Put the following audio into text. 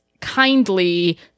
kindly